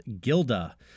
Gilda